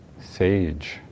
sage